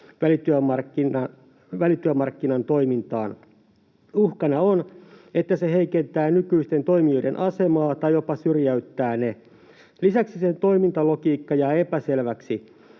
välityömarkkinan toimintaan. Uhkana on, että se heikentää nykyisten toimijoiden asemaa tai jopa syrjäyttää ne. Lisäksi sen toimintalogiikka jää epäselväksi.